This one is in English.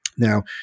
Now